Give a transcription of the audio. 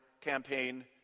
campaign